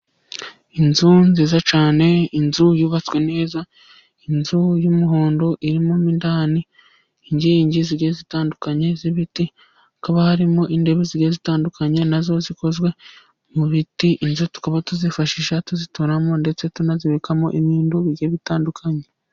Inzu nziza cyane, inzu yubatswe neza, inzu y'umuhondo irimo indani iningi zitandukanye z'ibiti, hakaba harimo intebe zitandukanye nazo zikozwe mu biti, inzu tukaba tuzifashisha tuzituramo, ndetse tunazikamo ibintu bigiye bitandukanye.